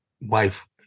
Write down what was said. wife